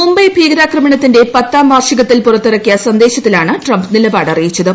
മുംബൈ ഭീകരാക്രമണത്തിന്റെ പത്താം വാർഷികത്തിൽ പുറത്തിറക്കിയ സന്ദേശത്തിലാണ് ട്രംപ് നിലപാട് അറിയിച്ചത്